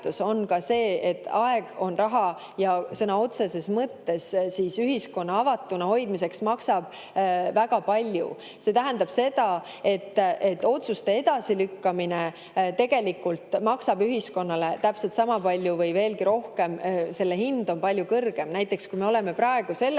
on ka see, et aeg on raha ja sõna otseses mõttes ühiskonna avatuna hoidmine maksab väga palju. See tähendab seda, et otsuste edasilükkamine tegelikult maksab ühiskonnale täpselt sama palju või veelgi rohkem, selle hind on palju kõrgem. Näiteks, kui me oleme praegu selles